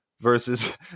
versus